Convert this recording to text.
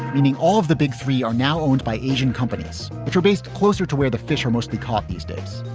meaning all of the big three are now owned by asian companies, which are based closer to where the fish are mostly caught. these days,